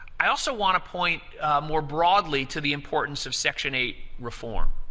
i also want to point more broadly to the importance of section eight reform.